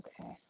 okay